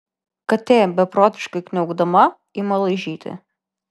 katė beprotiškai kniaukdama ima laižyti